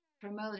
promote